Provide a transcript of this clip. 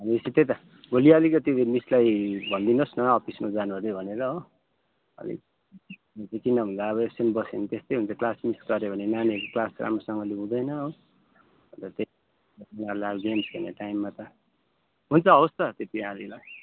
भनेपछि त्यही त भोलि अलिकति मिसलाई भनिदिनु होस् न अफिसमा जानु अरे भनेर हो अलिक त्यो चाहिँ किन भन्दा अब एब्सेन्ट बसे भने त्यस्तै हुन्छ क्लास मिस गऱ्यो भने नानीहरूले क्लास राम्रोसँगले हुँदैन हो अन्त त्यही उनीहरूलाई गेम्स खेल्ने टाइममा हुन्छ हवस् त त्यति अहिलेलाई